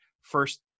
First